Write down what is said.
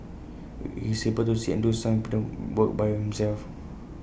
he's able to sit and do some work by himself